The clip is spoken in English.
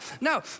no